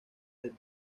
del